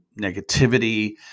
negativity